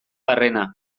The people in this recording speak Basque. barrena